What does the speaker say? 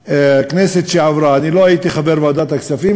בכנסת שעברה לא הייתי חבר בוועדת הכספים,